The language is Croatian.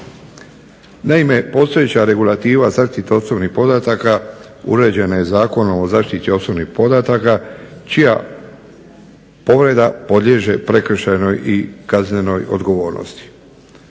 Naime, postojeća regulativa u zaštite osobnih podataka uređena je Zakonom o zaštiti osobnih podataka čija povreda podliježe prekršajnoj i kaznenoj odgovornosti.